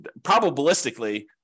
probabilistically